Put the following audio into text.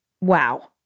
wow